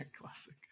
classic